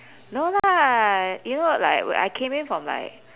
no lah you know like I I came in from like